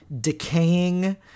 decaying